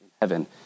heaven